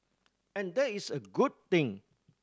and that is a good thing